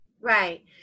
right